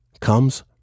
comes